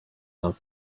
and